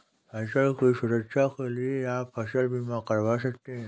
फसल की सुरक्षा के लिए आप फसल बीमा करवा सकते है